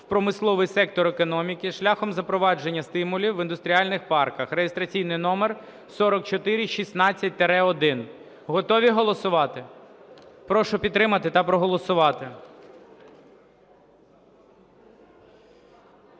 в промисловий сектор економіки шляхом запровадження стимулів в індустріальних парках (реєстраційний номер 4416-1). Готові голосувати? Прошу підтримати та проголосувати.